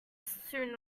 soon